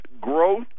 growth